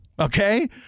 okay